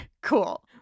Cool